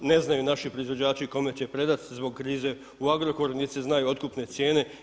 Ne znaju naši proizvođači kome će predati zbog krize u Agrokoru niti se znaju otkupne cijene.